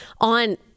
on